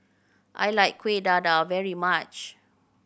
I like Kueh Dadar very much